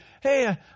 hey